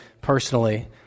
personally